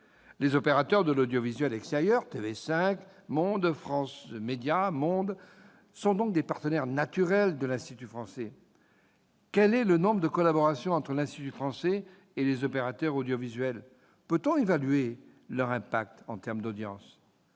Les opérateurs de l'audiovisuel extérieur- TV5 Monde, France Médias Monde -sont des partenaires naturels de l'Institut français. Quel est le nombre de collaborations entre l'Institut français et les opérateurs audiovisuels ? Peut-on évaluer leur impact en termes d'audience ?